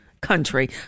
country